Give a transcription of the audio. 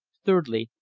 thirdly,